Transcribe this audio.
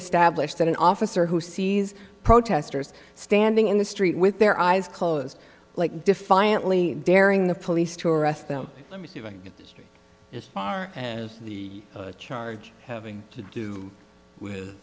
establish that an officer who sees protesters standing in the street with their eyes closed like defiantly daring the police to arrest them is and the charge having to do with